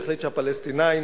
שהחליט שהפלסטינים